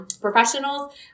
professionals